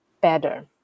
better